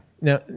Now